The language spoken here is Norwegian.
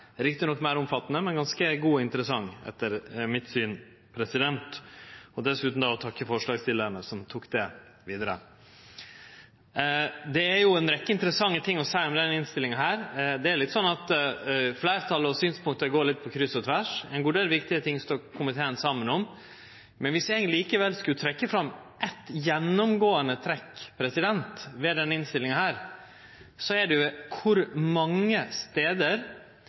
riktig nok meir omfattande, men etter mitt syn ganske god og interessant. Dessutan takkar eg forslagsstillarane, som tok det vidare. Det er ei rekkje interessante ting å seie om denne innstillinga. Det er sånn at fleirtalet og synspunkta går litt på kryss og tvers. Ein god del viktige ting står komiteen saman om. Men viss eg likevel skulle trekkje fram eitt gjennomgåande trekk ved denne innstillinga, er det kor mange stader